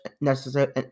necessary